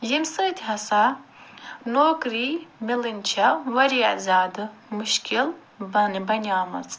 ییٚمہِ سۭتۍ ہَسا نوکری مِلٕنۍ چھِ وارِیاہ زیادٕ مشکِل بنیٲمٕژ